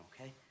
okay